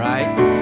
Right